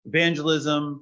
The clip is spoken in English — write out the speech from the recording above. Evangelism